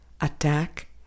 attack